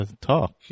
talk